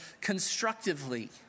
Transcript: constructively